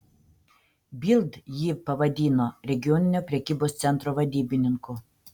bild jį pavadino regioninio prekybos centro vadybininku